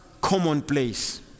commonplace